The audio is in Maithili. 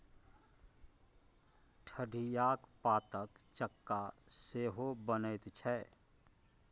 ठढियाक पातक चक्का सेहो बनैत छै